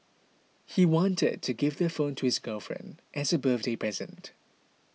he wanted to give the phone to his girlfriend as a birthday present